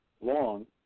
long